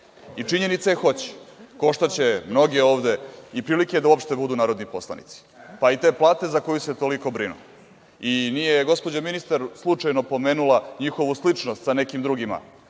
Činjenica je da hoće. Koštaće mnoge ovde, i prilike da uopšte budu narodni poslanici, pa i te plate za koju se toliko brinu. Nije gospođa ministar slučajno pomenula njihovu sličnost sa nekim drugima